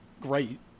great